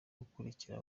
gukurikira